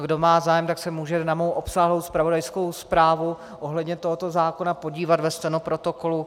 Kdo má zájem, může se na mou obsáhlou zpravodajskou zprávu ohledně tohoto zákona podívat ve stenoprotokolu.